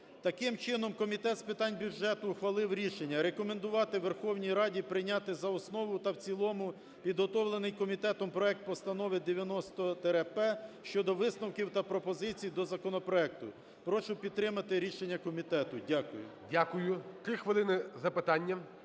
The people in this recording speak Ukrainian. Таким чином, Комітет з питань бюджету ухвалив рішення рекомендувати Верховні Раді прийняти за основу та в цілому підготовлений комітетом проект Постанови 90-П щодо висновків та пропозицій до законопроекту. Прошу підтримати рішення комітету. Дякую. ГОЛОВУЮЧИЙ. Дякую. 3 хвилини запитання.